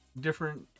different